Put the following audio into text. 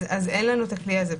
אין לנו הכלי הזה.